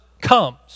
comes